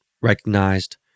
recognized